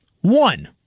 One